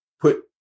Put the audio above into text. put